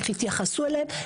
איך יתייחסו אליהם.